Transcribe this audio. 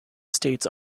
states